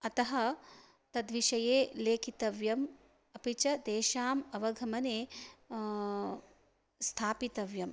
अतः तद्विषये लेखितव्यम् अपि च तेषाम् अवगमने स्थापितव्यम्